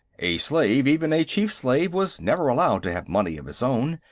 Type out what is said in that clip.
a slave, even a chief-slave, was never allowed to have money of his own,